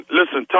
listen